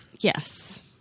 Yes